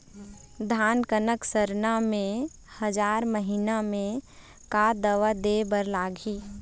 धान कनक सरना मे हजार महीना मे का दवा दे बर लगही?